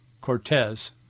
Cortez